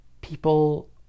people